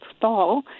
fall